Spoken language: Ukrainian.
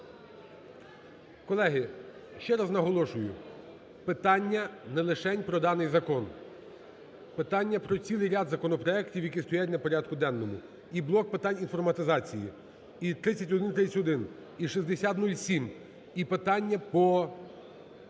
Колеги, ще раз наголошую, питання не лишень про даний закон, питання про цілий ряд законопроектів, які стоять на порядку денному: і блок питань інформатизації, і 3131, і 6007, і питання по